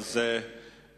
הם עובדים קשה.